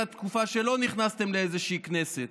הייתה תקופה שלא נכנסתם לאיזושהי כנסת,